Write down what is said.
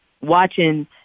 Watching